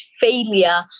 failure